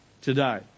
today